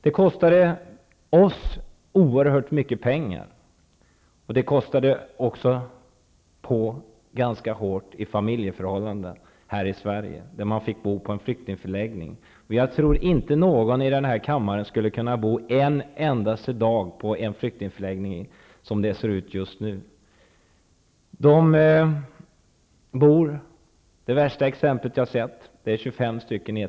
Det kostade oss oerhört mycket pengar. Det kostade också på ganska hårt i familjeförhållanden. De fick bo på flyktingförläggningar här i Sverige. Jag tror inte att någon i denna kammare skulle kunna bo en enda dag på en flyktingförläggning, som de ser ut just nu. Det värsta exempel jag har sett var ett rum där 25 personer bodde.